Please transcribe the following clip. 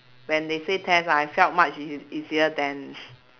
when they say test ah it felt much easier than